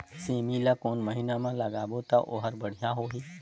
सेमी ला कोन महीना मा लगाबो ता ओहार बढ़िया होही?